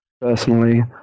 personally